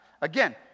Again